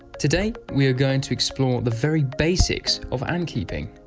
today we are going to explore the very basics of ant keeping.